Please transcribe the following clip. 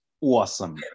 awesome